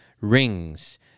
rings